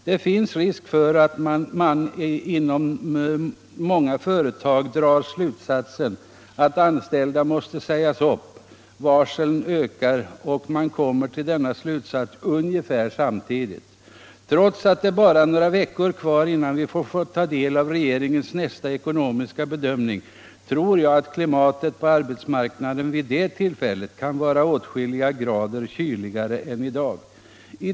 Det finns risk för att man inom många företag drar slutsatsen att anställda måste sägas upp. Varslen ökar, och man kommer till denna slutsats ungefär samtidigt. Trots att det bara är några veckor kvar innan vi får ta del av regeringens nästa ekonomiska bedömning tror jag att klimatet på arbetsmarknaden vid det tillfället kan vara åtskilliga grader kyligare än i dag.